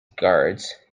guards